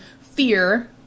fear